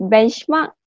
Benchmark